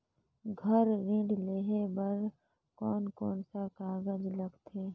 घर ऋण लेहे बार कोन कोन सा कागज लगथे?